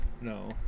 No